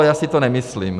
Já si to nemyslím.